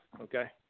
okay